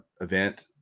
event